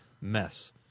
mess